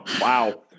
Wow